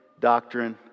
doctrine